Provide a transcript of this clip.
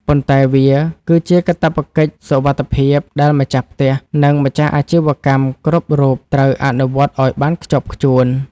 ប៉ុន្តែវាគឺជាកាតព្វកិច្ចសុវត្ថិភាពដែលម្ចាស់ផ្ទះ និងម្ចាស់អាជីវកម្មគ្រប់រូបត្រូវអនុវត្តឱ្យបានខ្ជាប់ខ្ជួន។